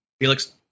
Felix